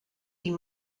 die